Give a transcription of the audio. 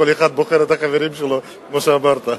כל אחד בוחר את החברים שלו, כמו שאמרת.